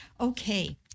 Okay